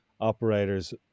operators